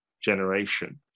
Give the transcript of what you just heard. generation